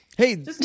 Hey